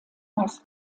meist